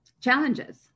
challenges